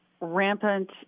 rampant